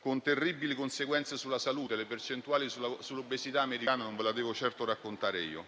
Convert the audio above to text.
con terribili conseguenze sulla salute: le percentuali sull'obesità americana non ve le devo certo raccontare io.